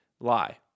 Lie